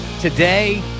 today